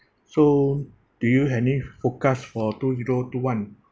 so do you have any forecast for two zero two one